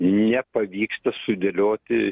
nepavyksta sudėlioti